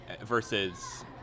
versus